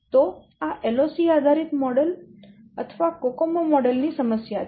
તો આ LOC આધારિત મોડેલ અથવા કોકોમો મોડેલ ની સમસ્યા છે